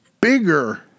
bigger